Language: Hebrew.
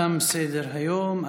תם סדר-היום.